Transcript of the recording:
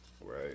Right